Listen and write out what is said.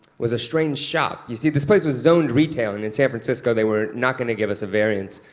was a strange shop. you see, this place was zoned retail, and in san francisco, they were not going to give us a variance,